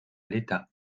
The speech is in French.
l’état